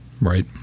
Right